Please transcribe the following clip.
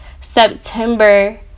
September